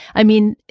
i mean,